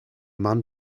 man